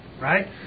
right